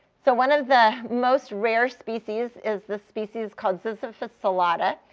so one of the most rare species is this species called ziziphus celata.